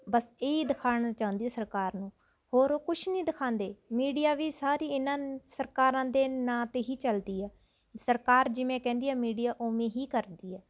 ਬਸ ਇਹੀ ਦਿਖਾਉਣਾ ਚਾਹੁੰਦੀ ਸਰਕਾਰ ਨੂੰ ਹੋਰ ਉਹ ਕੁਛ ਨਹੀਂ ਦਿਖਾਉਂਦੇ ਮੀਡੀਆ ਵੀ ਸਾਰੇ ਇਨ੍ਹਾਂ ਸਰਕਾਰਾਂ ਦੇ ਨਾਂ 'ਤੇ ਹੀ ਚਲਦੀ ਹੈ ਸਰਕਾਰ ਜਿਵੇਂ ਕਹਿੰਦੀ ਹੈ ਮੀਡੀਆ ਓਵੇਂ ਹੀ ਕਰਦੀ ਹੈ